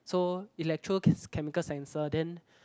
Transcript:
so electro can chemical sensor then